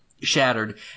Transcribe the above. shattered